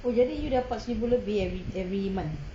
oh jadi you dapat seribu lebih every every month